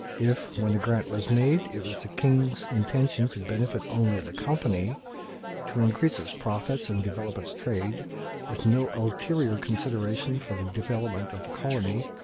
if, when the grant was made, it was the king's intention to benefit only the company to increase its profits and develop its trade with no ulterior consideration for the development of the colony,